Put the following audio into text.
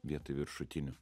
vietoj viršutinių